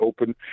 open